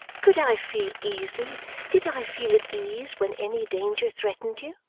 could i feel easy did i feel at ease when any danger threatened you